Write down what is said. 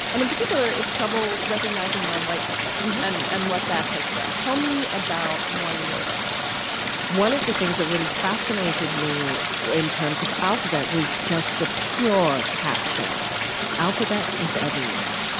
and in particular, it's trouble recognizing non-white people and and what that has done. tell me about why you wrote about that one of the things that really fascinated me in terms of alphabet was just the pure captcha alphabet is everywhere.